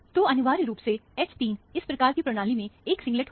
तो अनिवार्य रूप से H3 इस प्रकार की प्रणाली में एक सिंगलेट होगा